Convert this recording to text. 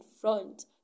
front